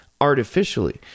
artificially